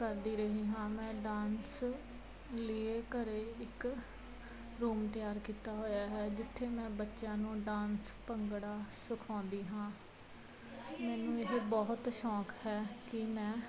ਕਰਦੀ ਰਹੀ ਹਾਂ ਮੈਂ ਡਾਂਸ ਲੀਏ ਘਰੇ ਇੱਕ ਰੂਮ ਤਿਆਰ ਕੀਤਾ ਹੋਇਆ ਹੈ ਜਿੱਥੇ ਮੈਂ ਬੱਚਿਆਂ ਨੂੰ ਡਾਂਸ ਭੰਗੜਾ ਸਿਖਾਉਂਦੀ ਹਾਂ ਮੈਨੂੰ ਇਹ ਬਹੁਤ ਸ਼ੌਕ ਹੈ ਕਿ ਮੈਂ